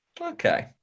Okay